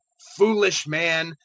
foolish man,